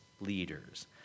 leaders